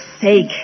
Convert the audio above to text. sake